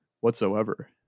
whatsoever